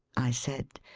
i said.